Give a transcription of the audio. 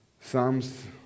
Psalms